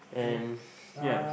and yeah